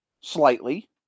slightly